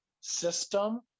system